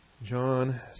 John